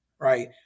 right